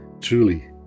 Truly